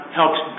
helps